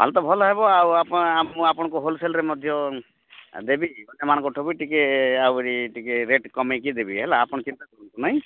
ଆଉ ତ ଭଲ ହେବ ଆଉ ଆପଣ ମୁଁ ଆପଣଙ୍କୁ ହୋଲ୍ସେଲ୍ରେ ମଧ୍ୟ ଦେବି କି ମୁଁ ସେମାନଙ୍କଠୁ ବି ଟିକେ ଆହୁରି ଟିକେ ରେଟ୍ କମେଇକି ଦେବି ହେଲା ଆପଣ ଚିନ୍ତା କରନ୍ତୁ ନାହିଁ